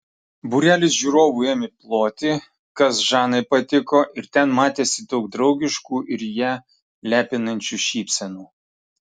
būrelis žiūrovų ėmė ploti kas žanai patiko ir ten matėsi daug draugiškų ir ją lepinančių šypsenų